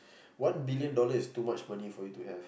one billion dollar is too much money for you to have